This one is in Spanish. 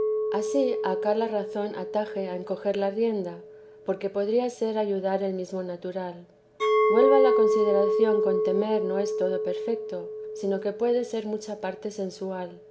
ansí acá la razón ataje a encoger la rienda porque podría ser ayuda el mesmo natural vuelva la consideración con temer no es todo perfeto sino que puede ser mucha parte sensual